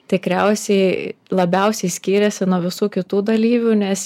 tikriausiai labiausiai skyrėsi nuo visų kitų dalyvių nes